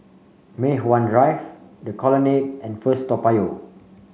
Mei Hwan Drive The Colonnade and First Toa Payoh